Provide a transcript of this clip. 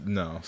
no